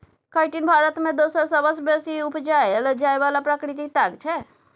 chitin Bharat मे दोसर सबसँ बेसी उपजाएल जाइ बला प्राकृतिक ताग छै